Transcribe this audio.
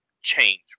change